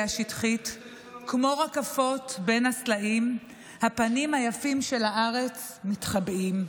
השטחית / כמו רקפות בין הסלעים / הפנים היפים של הארץ מתחבאים.